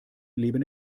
leben